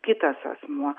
kitas asmuo